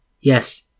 Yes